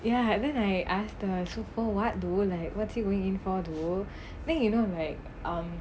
ya then I asked the so for what though like what's he going in for though then you know like um